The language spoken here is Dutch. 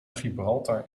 gibraltar